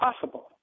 possible